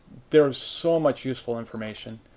there is so much useful information.